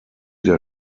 der